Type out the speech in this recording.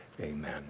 amen